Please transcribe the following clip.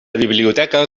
biblioteca